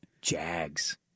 Jags